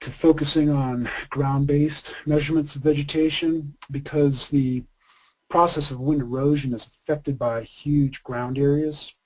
focusing on ground-based measurements of vegetation because the process of wind erosion is affected by huge ground areas.